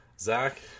Zach